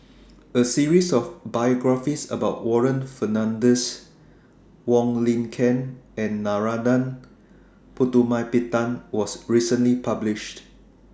A series of biographies about Warren Fernandez Wong Lin Ken and Narana Putumaippittan was recently published